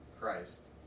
Christ